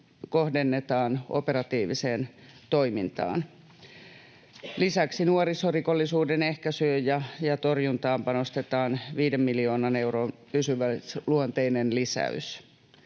kohdennetaan operatiiviseen toimintaan. Lisäksi nuorisorikollisuuden ehkäisyyn ja torjuntaan panostetaan viiden miljoonan euron pysyväisluonteinen lisäys.